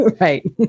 right